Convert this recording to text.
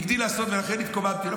הגדילו לעשות, ולכן התקוממתי.